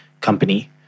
company